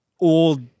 old